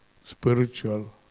spiritual